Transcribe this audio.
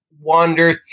wander